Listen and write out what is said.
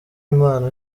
imana